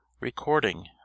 Recording